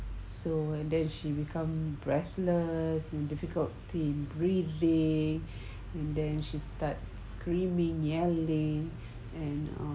so and then she become breathless in difficulty in breathing and then she start screaming yelling and um